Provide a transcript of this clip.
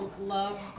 Love